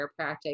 chiropractic